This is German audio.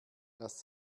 dass